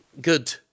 good